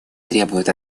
требует